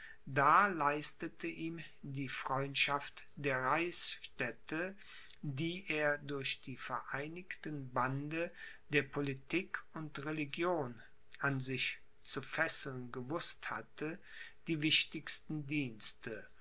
da leistete ihm die freundschaft der reichsstädte die er durch die vereinigten bande der politik und religion an sich zu fesseln gewußt hatte die wichtigsten dienste